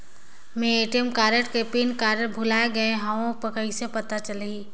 मैं ATM card के PIN भुलाए गे हववं कइसे पता चलही?